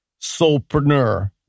soulpreneur